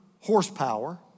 horsepower